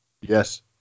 Yes